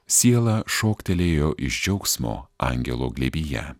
siela šoktelėjo iš džiaugsmo angelo glėbyje